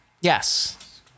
Yes